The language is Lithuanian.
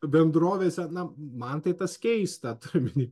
bendrovėse na man tai tas keista turiu omeny